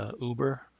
Uber